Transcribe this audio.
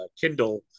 Kindle